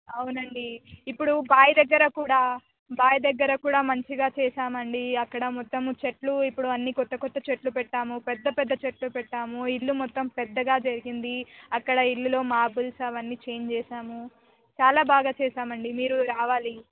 అవునండి ఇప్పుడు బావి దగ్గర కూడా బావి దగ్గర కూడా మంచిగా చేసాం అండి అక్కడ మొత్తము చెట్లు ఇప్పుడు అన్ని కొత్త కొత్త చెట్లు పెట్టాము పెద్ద పెద్ద చెట్లు పెట్టాము ఇల్లు మొత్తం పెద్దగా జరిగింది అక్కడ ఇళ్ళలో మార్బల్స్ అవన్నీ చేంజ్ చేసాము చాలా బాగా చేసాం అండి మీరు రావాలి